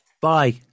Bye